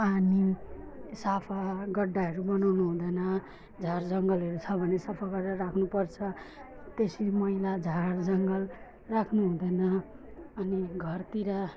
पानी सफा गड्डाहरू बनाउनु हुँदैन झार जङ्गलहरू छ भने सफा गरेर राख्नु पर्छ त्यसरी मैला झार जङ्गल राख्नु हुँदैन अनि घरतिर